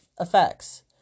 effects